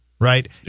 right